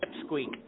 squeak